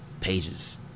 pages